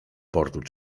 portu